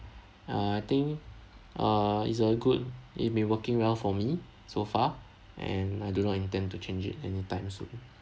uh I think uh is a good it may working well for me so far and I do not intend to change it anytime soon